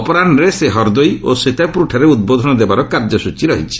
ଅପରାହୁରେ ସେ ହର୍ଦୋଇ ଓ ସୀତାପୁରଠାରେ ଉଦ୍ବୋଧନ ଦେବାର କାର୍ଯ୍ୟସ୍ଚୀ ରହିଛି